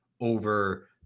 over